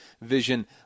vision